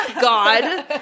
god